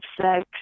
sex